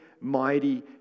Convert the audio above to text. mighty